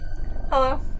Hello